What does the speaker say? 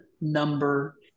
number